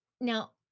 Now